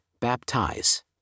baptize